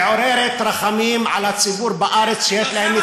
היא מעוררת רחמים על הציבור בארץ, שיש להם,